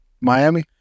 Miami